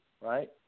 right